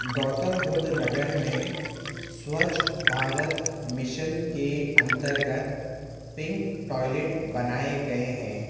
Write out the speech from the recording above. گوتم بدھ نگر میں سوچھ بھارت مشن کے انترگت پنک ٹوائلٹ بنائے گیے ہیں